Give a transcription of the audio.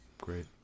Great